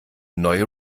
neue